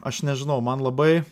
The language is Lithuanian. aš nežinau man labai